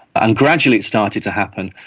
and gradually it started to happen.